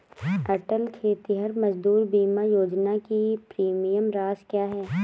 अटल खेतिहर मजदूर बीमा योजना की प्रीमियम राशि क्या है?